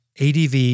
ADV